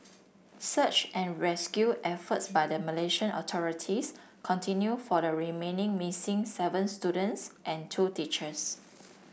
search and rescue efforts by the Malaysian authorities continue for the remaining missing seven students and two teachers